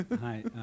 hi